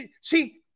see